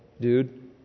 dude